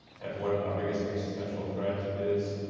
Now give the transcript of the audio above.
at what our biggest existential threat is,